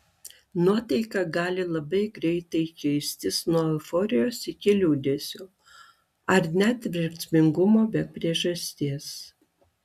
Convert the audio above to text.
nuotaika gali labai greitai keistis nuo euforijos iki liūdesio ar net verksmingumo be priežasties